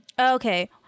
okay